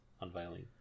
unveiling